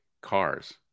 cars